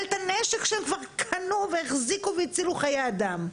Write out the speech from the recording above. את הנשק שהם כבר קנו והחזיקו בו והצילו איתו חיי אדם,